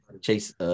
Chase